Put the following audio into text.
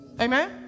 Amen